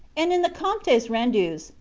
and in the comptes rendus,